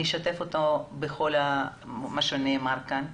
אני אשתף אותו בכל מה שנאמר כאן.